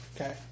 Okay